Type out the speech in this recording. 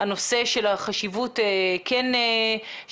שקיים צורך ויש חשיבות מאוד רבה ---.